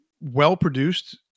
well-produced